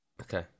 Okay